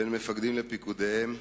בין מפקדים לפקודיהם,